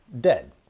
dead